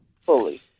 fully